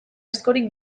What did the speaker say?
askorik